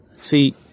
See